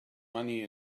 money